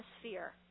atmosphere